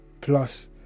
plus